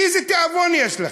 איזה תיאבון יש לכם?